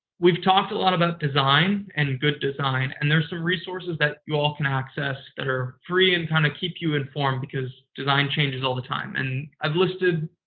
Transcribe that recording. we've talked a lot about design and good design. and there's some resources that you all can access that are free and kind of keep you informed, because design changes all the time. and i've listed,